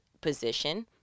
position